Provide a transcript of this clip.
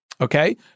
Okay